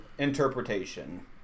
Interpretation